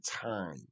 time